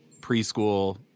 preschool